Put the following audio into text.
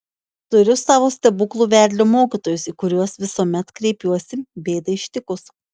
turiu savo stebuklų vedlio mokytojus į kuriuos visuomet kreipiuosi bėdai ištikus